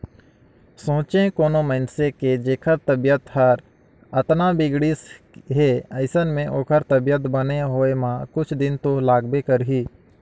सोंचे कोनो मइनसे के जेखर तबीयत हर अतना बिगड़िस हे अइसन में ओखर तबीयत बने होए म कुछ दिन तो लागबे करही